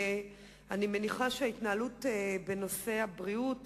ואני מניחה שההתנהלות בנושא הבריאות